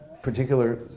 particular